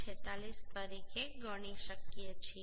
46 તરીકે ગણી શકીએ છીએ